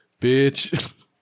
bitch